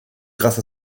grâce